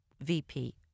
VP